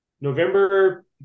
November